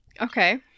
Okay